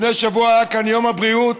לפני שבוע היה כאן יום הבריאות,